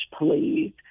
please